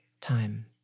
time